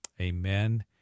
amen